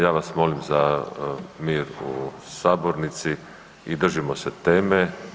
Ja vas molim za mir u sabornici i držimo se teme.